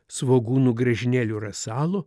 svogūnų griežinėlių rasalo